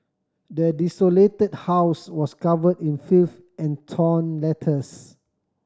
the desolated house was cover in filth and torn letters